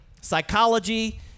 psychology